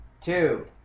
Two